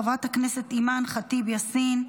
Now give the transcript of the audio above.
חברת הכנסת אימאן ח'טיב יאסין,